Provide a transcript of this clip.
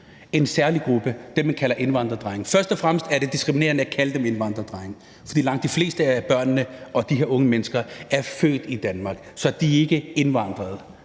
en særlig gruppe – dem, som man kalder indvandrerdrenge. Først og fremmest er det diskriminerende at kalde dem indvandrerdrenge, for langt de fleste af børnene og de her unge mennesker er født i Danmark. Så de er ikke indvandrere,